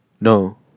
No